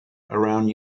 around